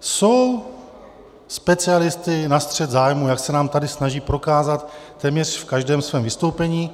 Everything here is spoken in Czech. jsou specialisty na střet zájmů, jak se nám tady snaží prokázat téměř v každém svém vystoupení.